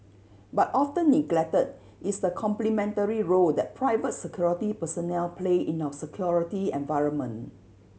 but often neglected is the complementary role that private security personnel play in our security environment